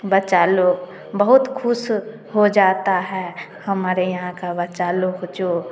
बच्चा लोग बहुत खुश हो जाता है हमारे यहाँ का बच्चा लोग जो